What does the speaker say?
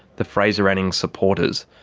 the fraser anning supporters.